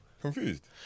Confused